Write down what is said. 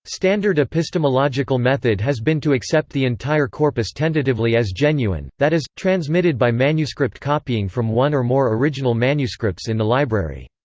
standard epistemological method has been to accept the entire corpus tentatively as genuine that is, transmitted by manuscript copying from one or more original manuscripts in the library.